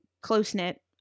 close-knit